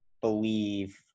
believe